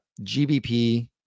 GBP